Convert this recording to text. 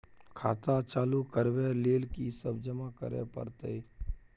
खाता चालू करबै लेल की सब जमा करै परतै?